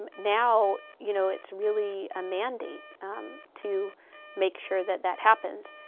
and now, you know, it's really a mandate to make sure that that happens.